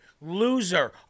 loser